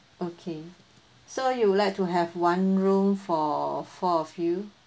okay so you would like to have one room for four of you